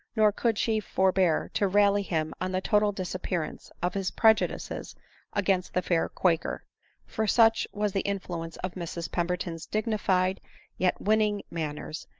nor could she forbear to rally him on the total disappearance of his prejudices against the fair quaker for, such was the in fluence of mrs pemberton's dignified yet winning man ners,